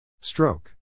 Stroke